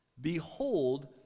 behold